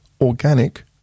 organic